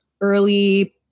early